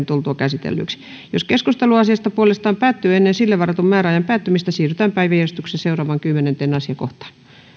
tultua käsitellyiksi jos keskustelu asiasta puolestaan päättyy ennen sille varatun määräajan päättymistä siirrytään päiväjärjestyksen seuraavaan kymmenenteen asiakohtaan